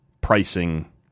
pricing